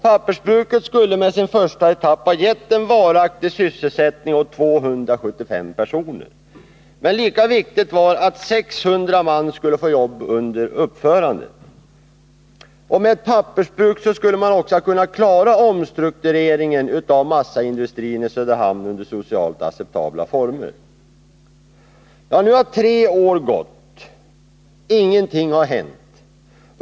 Pappersbruket skulle med sin första etapp ha gett en varaktig sysselsättning åt 275 personer, men lika viktigt var att 600 man skulle få jobb under uppförandet. Med ett pappersbruk skulle man också ha kunnat klara omstruktureringen av massaindustrin i Söderhamn under socialt acceptabla former. Nu har tre år gått — ingenting har hänt.